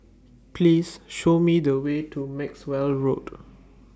Please Show Me The Way to Maxwell Road